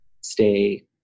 stay